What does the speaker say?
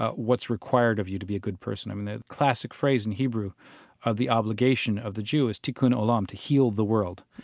ah what's required of you to be a good person. i mean, the classic phrase in hebrew of the obligation of the jew is tikkun olam, to heal the world.